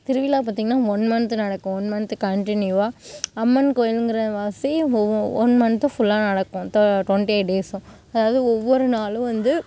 திருவிழா பார்த்தீங்கன்னா one month நடக்கும் ஒன் மந்த் கன்ட்டினியூவாக அம்மன் கோவிலுங்கிறவாசி ஒன் மந்த் ஃபுல்லாக நடக்கும் டுவென்ட்டி எயிட் டேஸும் அதாவது ஒவ்வொரு நாளும் வந்து